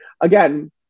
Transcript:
again